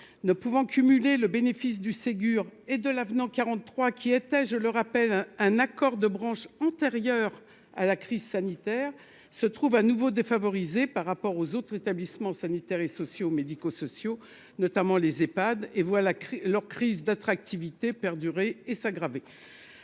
ne pouvant cumuler le bénéfice du Ségur et de l'avenant 43 qui était, je le rappelle, un accord de branche antérieur à la crise sanitaire se trouve à nouveau défavorisés par rapport aux autres établissements sanitaires et sociaux, médico-sociaux notamment les Epad et voilà leur crise d'attractivité perdurer et s'aggraver